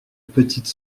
petite